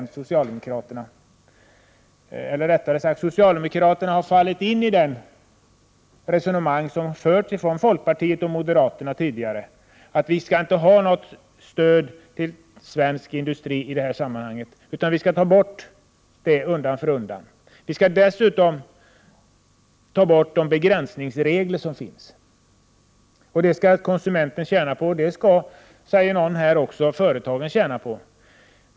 Socialdemokraterna har fallit in i det resonemang som har förts från folkpartiets och moderaternas sida, nämligen att vi inte skall ha något stöd till svensk industri i detta sammanhang. Stödet skall undan för undan tas bort. Dessutom skall de begränsningsregler som finns tas bort. Någon hävdar här att konsumenterna och företagen tjänar på detta.